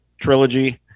trilogy